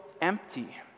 empty